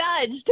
judged